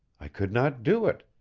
i could not do it.